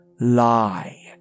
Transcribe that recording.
lie